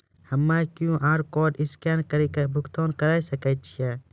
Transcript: हम्मय QR code scan कड़ी के भुगतान करें सकय छियै?